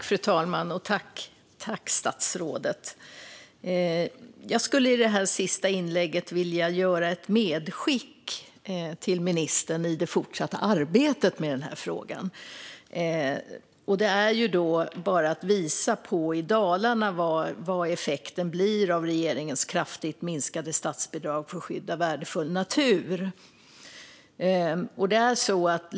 Fru talman! Jag skulle i det här sista inlägget vilja göra ett medskick till ministern i det fortsatta arbetet med den här frågan. Jag vill visa på vad effekten blir i Dalarna av regeringens kraftigt minskade statsbidrag för att skydda värdefull natur.